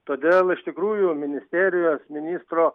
todėl iš tikrųjų ministerijos ministro